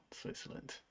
Switzerland